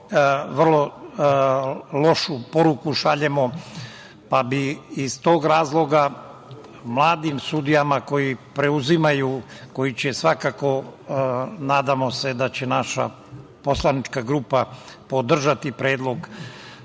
vrlo lošu poruku šaljemo. Iz tog razloga bih mladim sudijama koji preuzimaju, koji će, svakako se nadamo da će naša poslanička grupa podržati Predlog